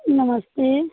नमस्ते